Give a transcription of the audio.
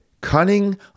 cunning